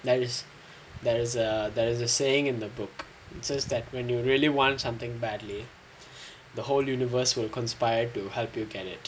there's there's a there's a saying in the book says that when you really want something badly the whole universe will conspire to help you get it